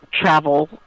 travel